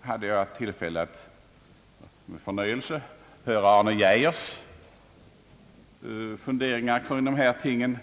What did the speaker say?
hade jag tillfälle att med förnöjelse höra Arne Geijers funderingar kring dessa ting.